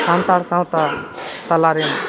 ᱥᱟᱱᱛᱟᱲ ᱥᱟᱶᱛᱟ ᱛᱟᱞᱟᱨᱮᱱ